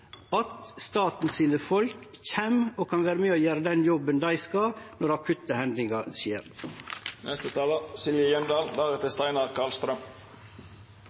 at staten sine folk kjem og kan vere med og gjere jobben dei skal når akutte hendingar skjer.